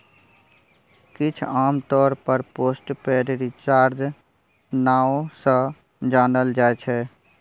किछ आमतौर पर पोस्ट पेड रिचार्ज नाओ सँ जानल जाइ छै